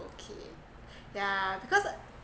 okay yeah because